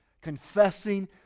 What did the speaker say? confessing